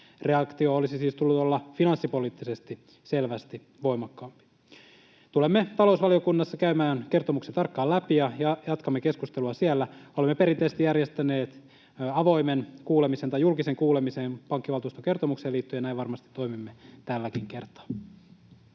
Reaktion olisi siis tullut olla finanssipoliittisesti selvästi voimakkaampi. Tulemme talousvaliokunnassa käymään kertomuksen tarkkaan läpi ja jatkamme keskustelua siellä. Olemme perinteisesti järjestäneet julkisen kuulemisen pankkivaltuuston kertomukseen liittyen, ja näin varmasti toimimme tälläkin kertaa.